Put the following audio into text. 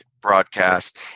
broadcast